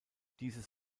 dieses